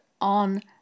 on